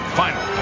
final